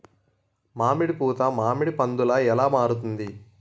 మామిడి పూత మామిడి పందుల ఎలా మారుతుంది?